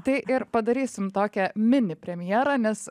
tai ir padarysim tokią mini premjerą nes